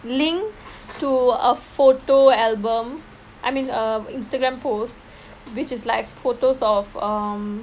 link to a photo album I mean a Instagram post which is like photos of um